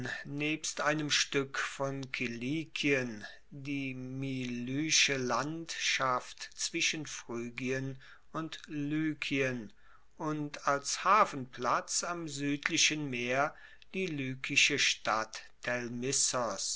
nebst einem stueck von kilikien die milysche landschaft zwischen phrygien und lykien und als hafenplatz am suedlichen meer die lykische stadt